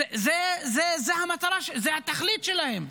זו המטרה, זו התכלית שלהם,